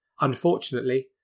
Unfortunately